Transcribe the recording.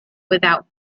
without